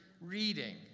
reading